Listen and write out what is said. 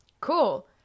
Cool